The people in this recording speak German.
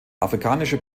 afrikanische